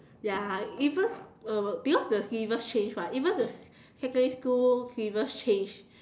ya even uh because the syllabus change [what] even the secondary school syllabus change